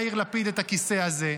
יאיר לפיד, את הכיסא הזה.